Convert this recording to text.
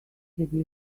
city